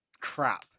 crap